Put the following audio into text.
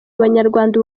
abanyarwanda